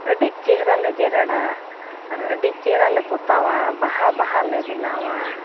ᱟᱹᱰᱤ ᱪᱮᱦᱨᱟᱞᱮ ᱡᱮᱨᱮᱲᱟ ᱟᱨ ᱟᱹᱰᱤ ᱪᱮᱦᱨᱟᱞᱮ ᱯᱚᱛᱟᱣᱟ ᱵᱟᱦᱟ ᱵᱟᱦᱟᱞᱮ ᱵᱮᱱᱟᱣᱟ